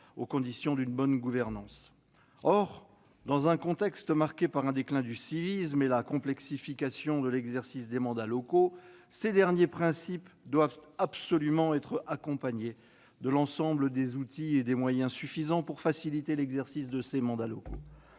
aux conditions d'une bonne gouvernance. Or, dans un contexte marqué par un déclin du civisme et par la complexification de l'exercice des mandats locaux, ces derniers principes doivent absolument s'accompagner des outils et des moyens suffisants pour faciliter l'exercice de ces mêmes mandats.